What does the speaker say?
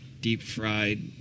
Deep-fried